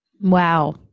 Wow